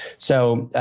so,